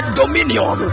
dominion